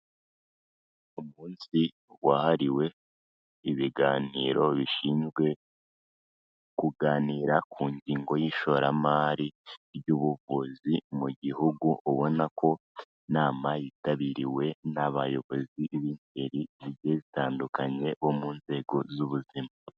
Umunsi wahariwe ibiganiro bishinzwe kuganira ku ngingo y'ishoramari ry'ubuvuzi mu gihugu, ubona ko inama yitabiriwe n'abayobozi b'ingeri zigiye zitandukanye bo mu nzego z'ubuzima.